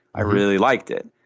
i really liked it.